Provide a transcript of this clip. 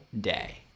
day